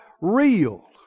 Real